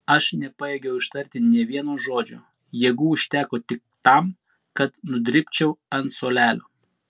aš nepajėgiau ištarti nė vieno žodžio jėgų užteko tik tam kad nudribčiau ant suolelio